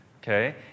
okay